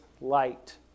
light